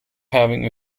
having